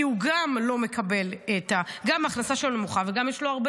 כי גם ההכנסה שלו נמוכה וגם יש לו הרבה